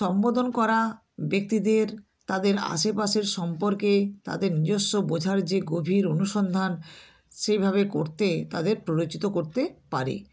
সম্বোধন করা ব্যক্তিদের তাদের আশেপাশের সম্পর্কে তাদের নিজস্ব বোঝার যে গভীর অনুসন্ধান সেইভাবে করতে তাদের প্ররোচিত করতে পারে